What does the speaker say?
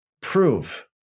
prove